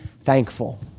thankful